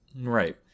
Right